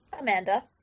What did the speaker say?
Amanda